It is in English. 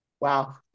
Wow